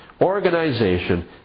organization